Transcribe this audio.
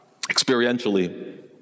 Experientially